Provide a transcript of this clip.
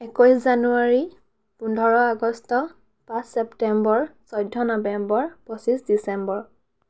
একৈছ জানুৱাৰী পোন্ধৰ আগষ্ট পাঁচ ছেপ্টেম্বৰ চৈধ্য নৱেম্বৰ পঁচিছ ডিচেম্বৰ